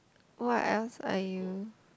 what else are you